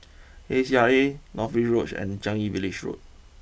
A C R A North Bridge Road and Changi Village Road